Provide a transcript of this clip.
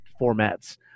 formats